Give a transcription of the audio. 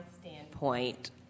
standpoint